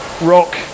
rock